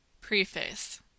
preface